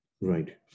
right